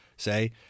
Say